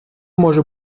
може